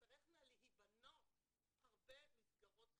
תצטרכנה להיבנות הרבה מסגרות חינוך.